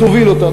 תוביל אותה,